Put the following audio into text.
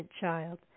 child